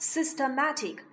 Systematic